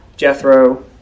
Jethro